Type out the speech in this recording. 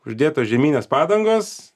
uždėtos žieminės padangos